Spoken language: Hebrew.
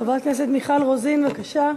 חברת הכנסת מיכל רוזין, בבקשה.